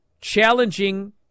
challenging